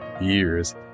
years